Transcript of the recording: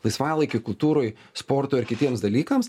laisvalaikiui kultūrai sportui ar kitiems dalykams